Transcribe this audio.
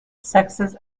sexes